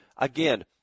Again